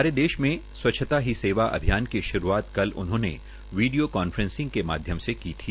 सारे देश में स्व्चछता अभियान की श्रूआत कल उन्होंने वीडियो कांफ्रेसिंग के माध्यम से की थी